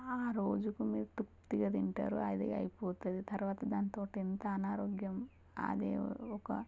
ఆ రోజుకు మీరు తృప్తిగా తింటారు అది అయిపోతుంది తర్వాత దానితోటి ఎంత ఆనారోగ్యం అదే ఒక